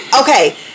okay